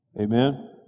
Amen